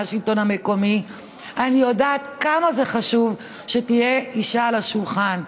מהשלטון המקומי אני יודעת כמה זה חשוב שתהיה אישה בשולחן.